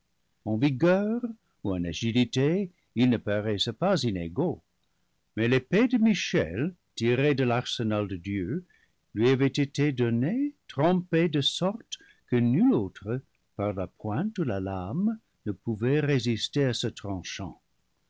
ils ne paraissent pas inégaux mais l'épée de mi chel tirée de l'arsenal de dieu lui avait été donnée trempée de sorte que nulle autre par la pointe ou la lame ne pouvait résister à ce tranchant